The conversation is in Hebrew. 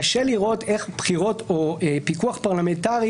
קשה לראות איך בחירות או פיקוח פרלמנטרי